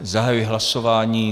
Zahajuji hlasování.